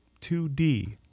2D